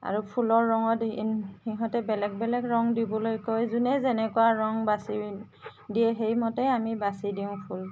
আৰু ফুলৰ ৰঙত সিহঁতে বেলেগ বেলেগ ৰং দিবলৈ কয় যোনে যেনেকুৱা ৰং বাচি দিয়ে সেইমতে আমি বাচি দিও ফুল